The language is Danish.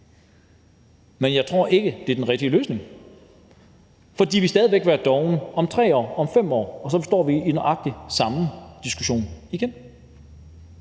Men jeg tror ikke, det er den rigtige løsning. For de vil stadig væk være dovne om 3 år, om 5 år, og så står vi i nøjagtig samme diskussion igen.